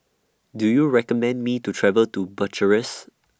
Do YOU recommend Me to travel to Bucharest